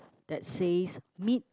that says meet